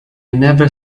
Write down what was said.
never